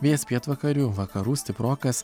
vėjas pietvakarių vakarų stiprokas